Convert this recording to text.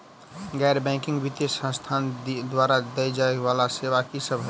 गैर बैंकिंग वित्तीय संस्थान द्वारा देय जाए वला सेवा की सब है?